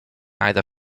either